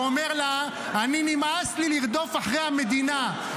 הוא אומר לה: נמאס לי לרדוף אחרי המדינה,